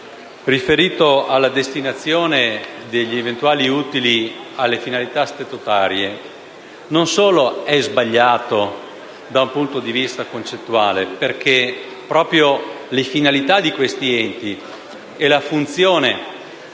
riferito alla destinazione degli eventuali utili alle finalità statutarie, non solo è sbagliato da un punto di vista concettuale, perché proprio le finalità di questi enti e la funzione